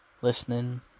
Listening